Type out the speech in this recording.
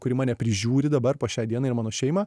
kuri mane prižiūri dabar po šiai dienai ir mano šeimą